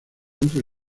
entre